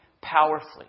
powerfully